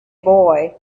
boy